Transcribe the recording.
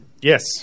Yes